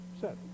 set